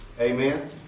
Amen